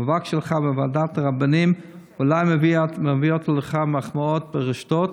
המאבק שלך בוועדת הרבנים אולי מביא לך מחמאות ברשתות,